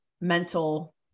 mental